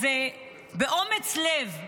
אז באומץ לב,